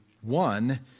one